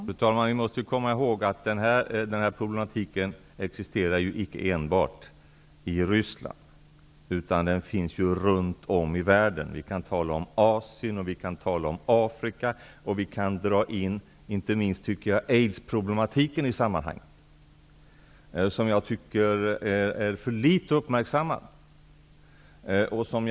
Fru talman! Vi måste komma ihåg att denna problematik existerar icke enbart i Ryssland, utan den finns runt om i världen. Vi kan tala om Asien och Afrika. Vi kan även dra in aidsproblematiken i sammanhanget, som har uppmärksammats för litet.